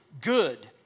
good